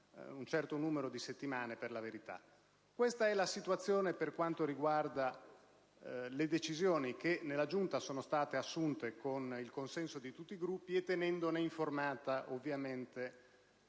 Questa è la situazione per quanto riguarda le decisioni che nella Giunta sono state assunte con il consenso di tutti i Gruppi, ovviamente tenendo informata la